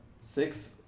Six